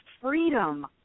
freedom